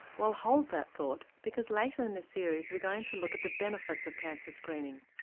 well hold that thought because later in this series we're going to look at the benefits of cancer screening.